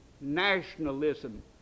nationalism